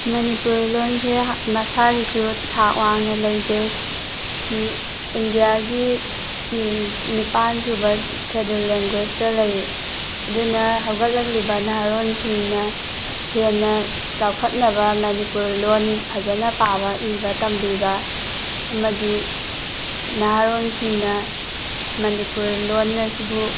ꯃꯅꯤꯄꯨꯔ ꯂꯣꯟꯁꯦ ꯃꯁꯥꯒꯤꯁꯨ ꯊꯥꯛ ꯋꯥꯡꯅ ꯂꯩꯖꯩ ꯏꯟꯗꯤꯌꯥꯒꯤ ꯅꯤꯄꯥꯟ ꯁꯨꯕ ꯁꯦꯗꯨꯜ ꯂꯦꯡꯒ꯭ꯌꯦꯁꯇ ꯂꯩꯌꯦ ꯑꯗꯨꯅ ꯍꯧꯒꯠꯂꯛꯂꯤꯕ ꯅꯍꯥꯔꯣꯟꯁꯤꯡꯅ ꯍꯦꯟꯅ ꯆꯥꯎꯈꯠꯅꯕ ꯃꯅꯤꯄꯨꯔ ꯂꯣꯟ ꯐꯖꯅ ꯄꯥꯕ ꯏꯕ ꯇꯝꯕꯤꯕ ꯑꯃꯗꯤ ꯅꯍꯥꯔꯣꯟꯁꯤꯡꯅ ꯃꯅꯤꯄꯨꯔ ꯂꯣꯟ ꯑꯁꯤꯕꯨ